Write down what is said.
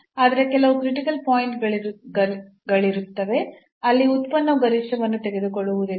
ಆದರೆ ಕೆಲವು critical point ಗಳಿರುತ್ತವೆ ಅಲ್ಲಿ ಉತ್ಪನ್ನವು ಗರಿಷ್ಠವನ್ನು ತೆಗೆದುಕೊಳ್ಳುವುದಿಲ್ಲ